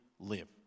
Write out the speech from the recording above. live